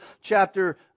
chapter